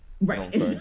right